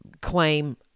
claim